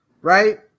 Right